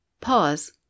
pause